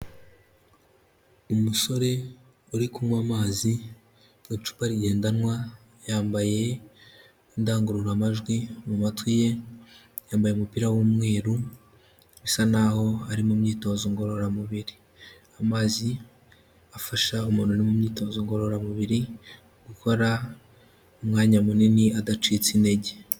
Umusore uri kunywa amazi mu cupa rigendanwa, yambaye indangururamajwi mu matwi ye, yambaye umupira w'umweru, bisa naho ari mu myitozo ngororamubiri. Amazi afasha umuntu uri mu myitozo ngororamubiri gukora umwanya munini adacitse intege.